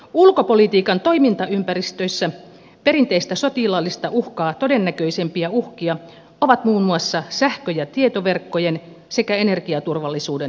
ulkopolitiikan toimintaympäristössä perinteistä sotilaallista uhkaa todennäköisempiä uhkia ovat muun muassa sähkö ja tietoverkkojen sekä energiaturvallisuu den haavoittuvuus